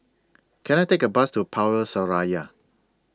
Can I Take A Bus to Power Seraya